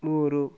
ಮೂರು